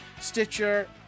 Stitcher